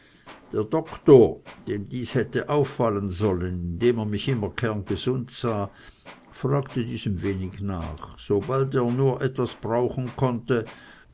der doktor dem dieses hätte auffallen sollen indem er mich immer kerngesund sah fragte diesem wenig nach sobald er nur etwas brauen konnte